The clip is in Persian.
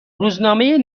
روزنامه